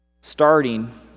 starting